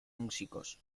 músicos